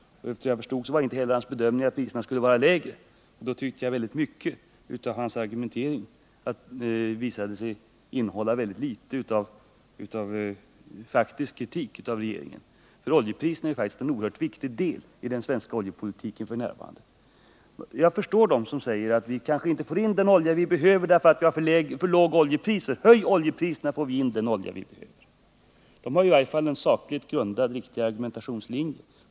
Såvitt jag förstod var inte heller hans bedömning att priserna skulle vara lägre. Då tycker jag att mycket av hans argumentering visar sig innehålla mycket litet av faktisk kritik av regeringen. Oljepriserna är en oerhört viktig del av den svenska oljepolitiken f. n. Jag förstår dem som säger att vi kanske inte får in den olja vi behöver därför att vi har för låga oljepriser. Höj oljepriserna så får vi in den olja vi behöver. Det är i varje fall en sakligt grundad viktig argumentationslinje.